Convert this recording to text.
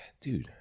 dude